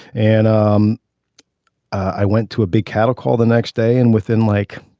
and um i went to a big cattle call the next day and within like